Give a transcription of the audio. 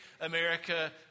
America